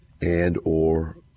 and/or